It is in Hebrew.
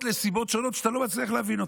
לסיבות שונות שאתה לא מצליח להבין אותן.